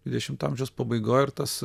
dvidešimto amžiaus pabaigoj ir tas